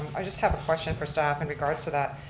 i just have a question for staff in regards to that.